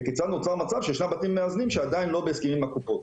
וכיצד נוצר מצב שישנם בתים מאזנים שעדיין לא בהסכמים עם הקופות?